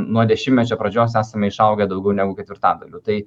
nuo dešimtmečio pradžios esame išaugę daugiau negu ketvirtadaliu tai